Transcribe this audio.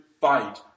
fight